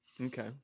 Okay